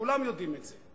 כולם יודעים את זה.